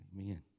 amen